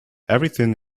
everything